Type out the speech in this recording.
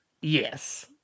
Yes